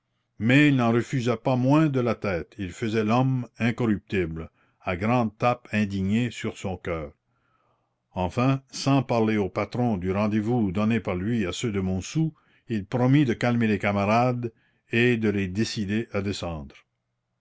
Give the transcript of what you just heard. mais il n'en refusait pas moins de la tête il faisait l'homme incorruptible à grandes tapes indignées sur son coeur enfin sans parler au patron du rendez-vous donné par lui à ceux de montsou il promit de calmer les camarades et de les décider à descendre